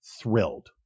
thrilled